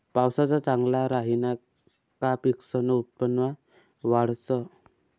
पावसाया चांगला राहिना का पिकसनं उत्पन्न वाढंस